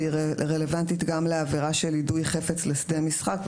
שהיא רלוונטית גם לעבירה של יידוי חפץ לשדה משחק.